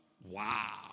Wow